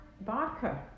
Barker